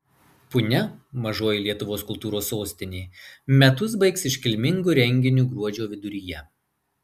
punia mažoji lietuvos kultūros sostinė metus baigs iškilmingu renginiu gruodžio viduryje